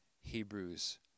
Hebrews